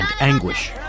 anguish